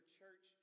church